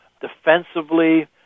Defensively